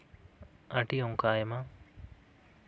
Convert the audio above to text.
ᱟᱹᱰᱤ ᱚᱱᱠᱟ ᱟᱭᱢᱟ